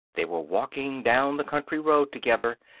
they were walking down the country road together,